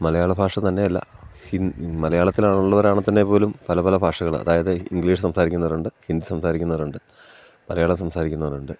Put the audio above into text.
മലയാള ഭാഷ തന്നെയല്ല ഹിന്ദ മലയാളത്തിൽ ആണുള്ളവരാണെ തന്നെ പോലും പല പല ഭാഷകൾ അതായത് ഇംഗ്ലീഷ് സംസാരിക്കുന്നവരുണ്ട് ഹിന്ദി സംസാരിക്കുന്നരുണ്ട് മലയാളം സംസാരിക്കുന്നവരുണ്ട്